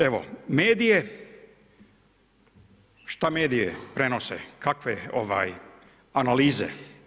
Evo mediji, šta mediji prenose kakve analize?